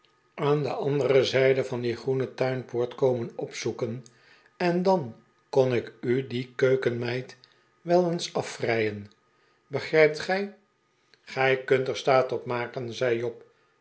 aan de andere zijde van die groene tuinpoort komen opzoeken en dan kon ik u die keukenmeid wel eens afvrijen begrijpt gij gij kunt er staat op maken zei job